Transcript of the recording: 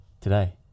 Today